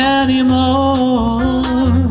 anymore